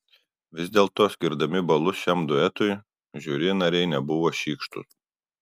vis dėlto skirdami balus šiam duetui žiuri nariai nebuvo šykštūs